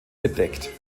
bedeckt